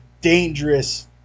dangerous